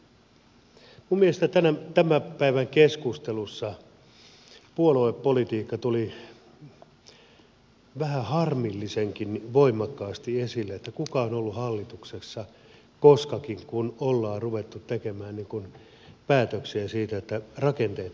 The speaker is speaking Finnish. minun mielestäni tämän päivän keskustelussa puoluepolitiikka tuli vähän harmillisenkin voimakkaasti esille että kuka on ollut hallituksessa koskakin kun ollaan ruvettu tekemään päätöksiä siitä että rakenteita uudistetaan